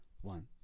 one